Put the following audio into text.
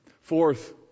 Fourth